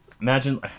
imagine